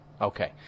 Okay